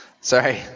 Sorry